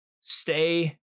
stay